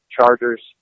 Chargers